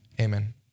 Amen